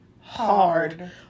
hard